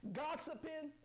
gossiping